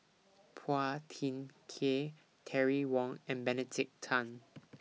Phua Thin Kiay Terry Wong and Benedict Tan